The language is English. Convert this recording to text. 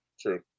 True